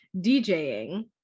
DJing